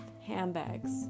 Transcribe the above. handbags